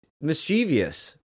mischievous